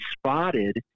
spotted